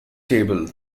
table